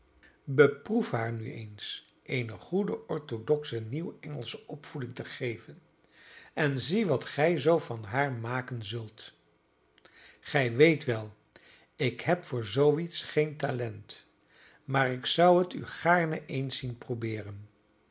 beproef haar nu eens eene goede orthodoxe nieuw engelsche opvoeding te geven en zie wat gij zoo van haar maken zult gij weet wel ik heb voor zoo iets geen talent maar ik zou het u gaarne eens zien probeeren